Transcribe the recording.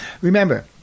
Remember